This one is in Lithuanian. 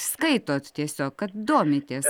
skaitot tiesiog kad domitės